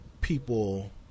people